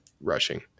rushing